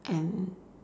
and